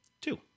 Two